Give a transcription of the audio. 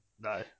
No